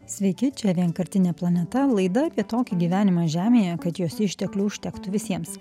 sveiki čia vienkartinė planeta laida apie tokį gyvenimą žemėje kad jos išteklių užtektų visiems